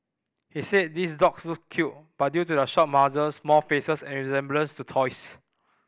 he said these dogs look cute but due to their short muzzles small faces and resemblance to toys